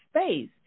space